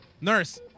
Nurse